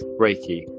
Reiki